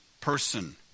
person